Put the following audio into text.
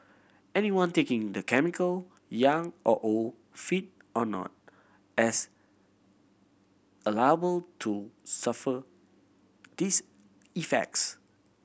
anyone taking the chemical young or old fit or not as a liable to suffer these effects